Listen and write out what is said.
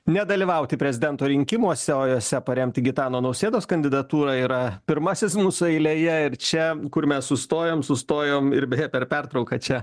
nedalyvauti prezidento rinkimuose o juose paremti gitano nausėdos kandidatūrą yra pirmasis mūsų eilėje ir čia kur mes sustojom sustojom ir beje per pertrauką čia